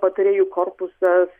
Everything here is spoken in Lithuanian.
patrėjų korpusas